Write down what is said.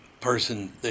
person